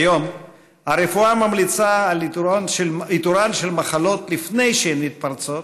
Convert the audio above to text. כיום הרפואה ממליצה על איתורן של מחלות לפני שהן מתפרצות,